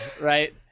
right